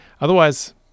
Otherwise